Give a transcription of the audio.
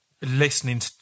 listening